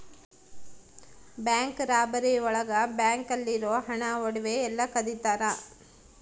bank robbery ಒಳಗ bank ಅಲ್ಲಿರೋ ಹಣ ಒಡವೆ ಎಲ್ಲ ಕದಿತರ